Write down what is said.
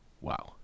wow